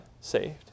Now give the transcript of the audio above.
saved